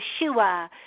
yeshua